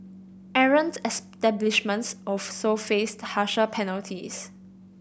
errant establishments also faced harsher penalties